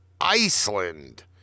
Iceland